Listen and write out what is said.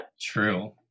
True